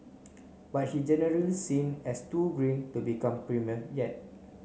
but he generally seen as too green to become premier yet